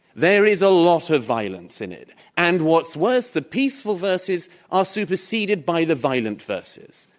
there is a lot of violence in it. and what's worse, the peaceful verses are superseded by the violent verses.